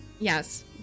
Yes